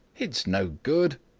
it's no good,